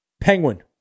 Penguin